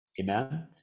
Amen